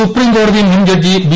സുപ്രീംകോടതി മുൻ judge B